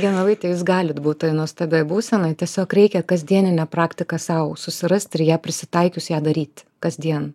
genovaite jūs galit būt toj nuostabioj būsenoj tiesiog reikia kasdieninę praktiką sau susirast ir ją prisitaikius ją daryt kasdien